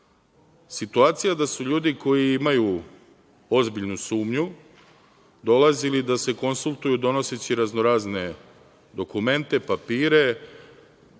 situacija da su ljudi koji imaju ozbiljnu sumnju dolazili da se konsultuju, donoseći razno-razne dokumente, papire,